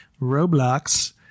Roblox